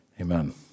Amen